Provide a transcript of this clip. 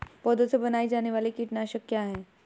पौधों से बनाई जाने वाली कीटनाशक क्या है?